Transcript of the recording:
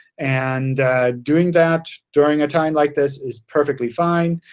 and doing that during a time like this is perfectly fine.